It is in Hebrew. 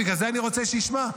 בגלל אני רוצה שישמע.